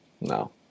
No